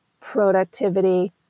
productivity